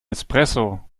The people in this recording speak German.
espresso